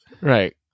Right